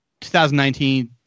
2019